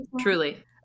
Truly